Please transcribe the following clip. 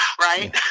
right